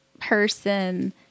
person